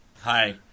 Hi